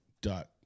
dot